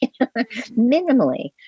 minimally